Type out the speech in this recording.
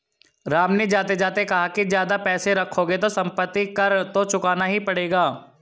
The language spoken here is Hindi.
राम ने जाते जाते कहा कि ज्यादा पैसे रखोगे तो सम्पत्ति कर तो चुकाना ही पड़ेगा